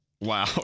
Wow